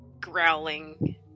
growling